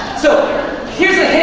so here's a hint.